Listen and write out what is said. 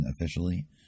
officially